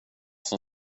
som